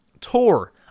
Tour